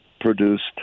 produced